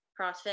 CrossFit